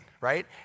right